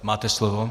Máte slovo.